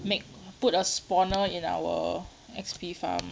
make put a spawner in our X_P farm